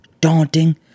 daunting